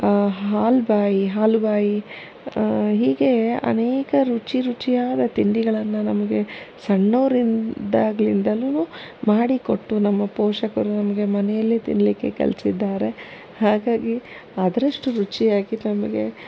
ಹಾಲ್ಬಾಯಿ ಹಾಲುಬಾಯಿ ಹೀಗೆ ಅನೇಕ ರುಚಿ ರುಚಿಯಾದ ತಿಂಡಿಗಳನ್ನು ನಮಗೆ ಸಣ್ಣೋರಿನ ಇದ್ದಾಗ್ನಿಂದಾಲು ಮಾಡಿಕೊಟ್ಟು ನಮ್ಮ ಪೋಷಕರು ನಮಗೆ ಮನೆಯಲ್ಲೇ ತಿನ್ನಲಿಕ್ಕೆ ಕಲಿಸಿದ್ದಾರೆ ಹಾಗಾಗಿ ಅದರಷ್ಟು ರುಚಿಯಾಗಿ ನಮಗೆ